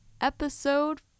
episode